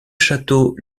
château